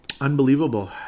unbelievable